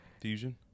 Fusion